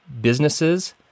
businesses